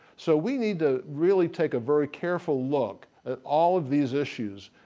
so we need to really take a very careful look at all of these issues.